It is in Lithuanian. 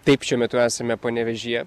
taip šiuo metu esame panevėžyje